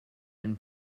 and